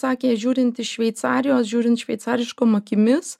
sakė žiūrint iš šveicarijos žiūrint šveicariškom akimis